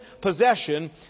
possession